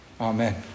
Amen